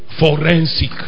Forensic